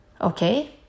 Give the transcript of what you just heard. Okay